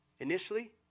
initially